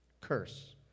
curse